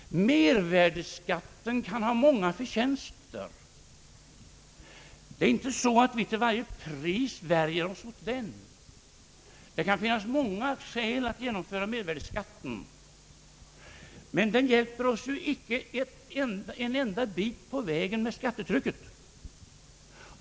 Mervärdeskatten kan ha många förtjänster. Det är inte så att vi till varje pris värjer oss mot den. Det kan finnas många skäl att införa den, men den hjälper oss ju inte den minsta bit på vägen när det gäller skattetrycket.